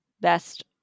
best